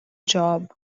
job